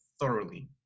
thoroughly